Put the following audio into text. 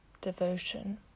Devotion